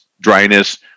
dryness